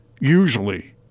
usually